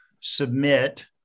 submit